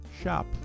shop